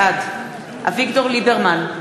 בעד אביגדור ליברמן,